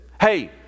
Hey